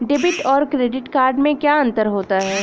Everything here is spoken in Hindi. डेबिट और क्रेडिट में क्या अंतर है?